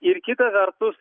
ir kita vertus